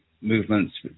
movements